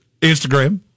Instagram